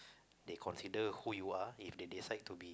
they consider who you are if they decide to be